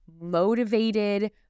motivated